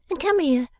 and come here,